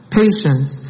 patience